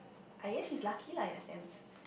I guess she's lucky lah in a sense